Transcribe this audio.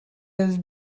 has